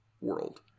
world